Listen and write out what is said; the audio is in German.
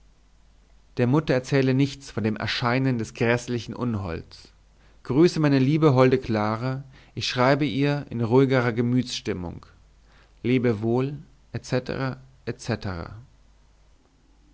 der mutter erzähle nichts von dem erscheinen des gräßlichen unholds grüße meine liebe holde clara ich schreibe ihr in ruhigerer gemütsstimmung lebe wohl